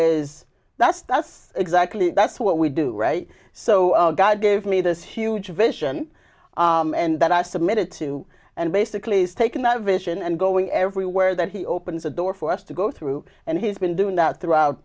is that's that's exactly that's what we do right so god gave me this huge vision and that i submitted to and basically taking that vision and going everywhere that he opens a door for us to go through and he's been doing that throughout